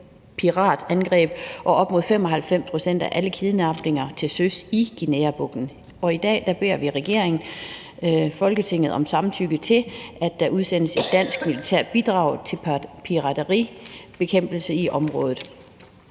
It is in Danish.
og op mod 95 pct. af alle kidnapninger til søs i Guineabugten. I dag beder regeringen Folketinget om samtykke til, at der udsendes et dansk militært bidrag til pirateribekæmpelse i området.